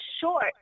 short